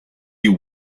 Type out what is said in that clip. you